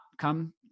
come